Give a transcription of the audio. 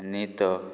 आनी तो